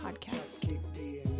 Podcast